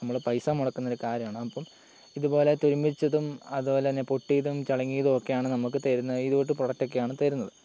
നമ്മൾ പൈസ മുടക്കുന്ന ഒരു കാര്യമാണ് അപ്പം ഇതുപോലെ തുരുമ്പിച്ചതും അതുപോലെ തന്നെ പൊട്ടിയതും ചളിങ്ങിയതും ഒക്കെ ആണ് നമുക്ക് തരുന്നത് ഇതുപോലത്തെ പ്രൊഡാക്റ്റൊക്കെയാണ് തരുന്നത്